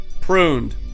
pruned